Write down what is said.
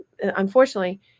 Unfortunately